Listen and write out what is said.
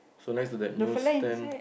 so next to that news stand